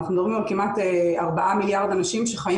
אנחנו מדברים על כמעט 4 מיליארד אנשים שחיים